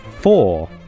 four